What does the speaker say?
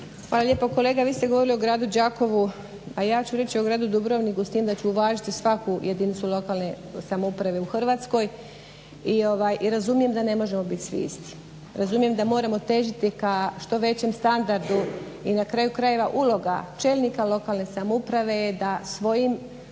Hvala lijepo. Kolega vi ste govorili o gradu Đakovu, a ja ću reći o gradu Dubrovniku s tim da ću uvažiti svaku jedinicu lokalne samouprave u Hrvatskoj i razumijem da ne možemo biti svi isti. Razumijem da moramo težiti k što većem standardu i na kraju krajeva uloga čelnika lokalne samouprave je da svojim